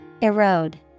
Erode